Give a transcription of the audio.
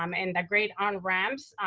um and the great onramps,